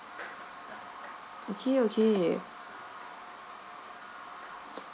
okay okay